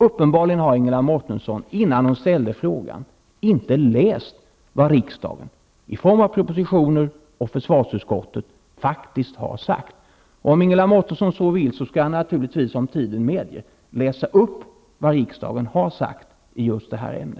Uppenbarligen har Ingela Mårtensson innan hon framställde sin fråga inte läst vad försvarsutskottet och riksdagen i anledning av propositioner faktiskt har sagt. Om Ingela Mårtensson vill skall jag naturligtvis, om tiden medger, läsa upp vad riksdagen har sagt i just detta ämne.